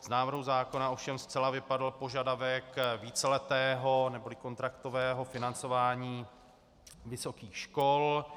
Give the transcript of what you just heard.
Z návrhu zákona ovšem zcela vypadl požadavek víceletého neboli kontraktového financování vysokých škol.